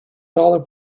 dollar